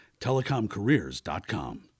telecomcareers.com